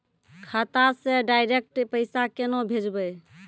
खाता से डायरेक्ट पैसा केना भेजबै?